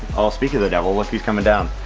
oh speak of the devil, look who's coming down.